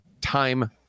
time